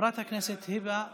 חברת הכנסת היבה יזבק,